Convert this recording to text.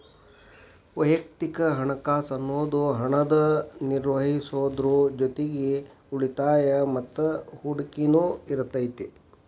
ವಯಕ್ತಿಕ ಹಣಕಾಸ್ ಅನ್ನುದು ಹಣನ ನಿರ್ವಹಿಸೋದ್ರ್ ಜೊತಿಗಿ ಉಳಿತಾಯ ಮತ್ತ ಹೂಡಕಿನು ಇರತೈತಿ